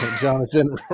Jonathan